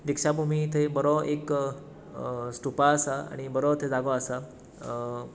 दिक्षा भमी थंय एक बरो स्टूपा आसा आनी बरो थंय एक जागो आसा